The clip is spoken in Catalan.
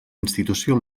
institució